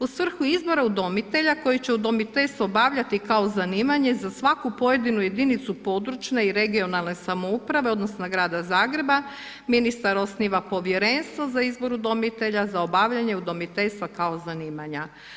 U svrhu izbora udomitelja koji će udomiteljstvo obavljati kao zanimanje, za svaku pojedinu jedinicu područne i regionalne samouprave odnosno grada Zagreba ministar osniva povjerenstvo za izbor udomitelja, za obavljanje udomiteljstva kao zanimanja.